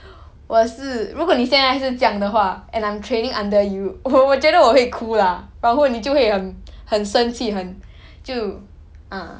我是如果你现在是这样的话 and I'm training under you 我我觉得我会哭 lah 然后你就会很生气很就 ah